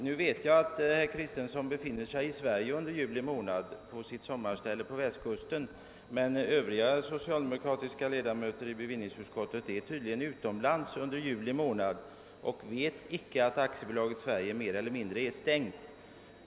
Jag vet att herr Kristenson under juli månad befinner sig i Sverige, på sitt sommarställe på västkusten, men övriga socialdemokratiska ledamöter i bevillningsutskottet är tydligen utomlands under juli månad och tycks inte känna till att AB Sverige då är mer eller mindre stängt.